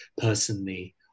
personally